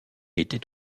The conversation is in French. était